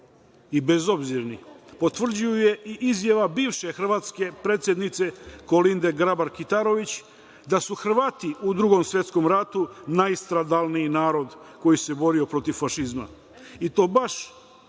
i bezobzirni potvrđuje i izjava bivše hrvatske predsednice, Kolinde Grabar Kitarović, da su Hrvati u Drugom svetskom ratu najstradalniji narod koji se borio protiv fašizma. I to baš